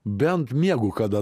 bent miegu kada